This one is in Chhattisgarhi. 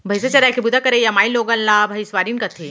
भईंसा चराय के बूता करइया माइलोगन ला भइंसवारिन कथें